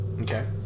Okay